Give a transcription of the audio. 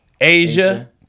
Asia